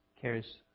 cares